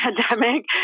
pandemic